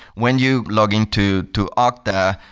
when you log in to to ah okta,